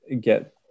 get